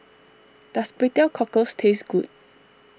does Kway Teow Cockles taste good